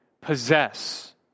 possess